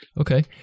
Okay